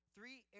Three